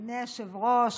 אדוני היושב-ראש,